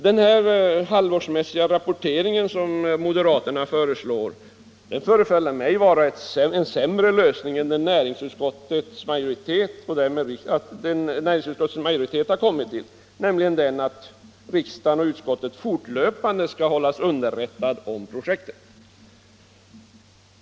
Den halvårsmässiga rapportering som moderaterna föreslår förefaller mig vara en sämre lösning än den som näringsutskottets majoritet har föreslagit, nämligen att riksdagen och utskottet fortlöpande skall hållas underrättade om projektet.